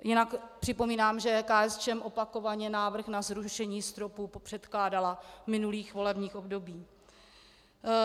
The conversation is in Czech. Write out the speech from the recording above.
Jinak připomínám, že KSČM opakovaně návrh na zrušení stropů překládala v minulých volebních obdobích.